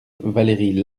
valérie